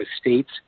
state's